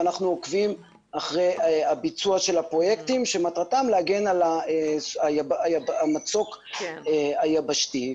אנחנו עוקבים אחרי הביצוע של הפרויקטים שמטרתם להגן על המצוק היבשתי,